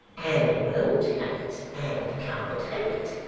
and won't have it, and can't have it,